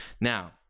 Now